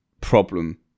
problem